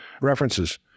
references